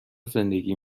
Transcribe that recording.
زندگی